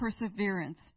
perseverance